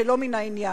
שלא מן העניין.